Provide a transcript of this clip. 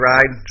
Ride